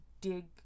dig